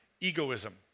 egoism